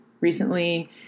recently